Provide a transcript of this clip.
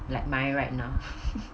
like mine right now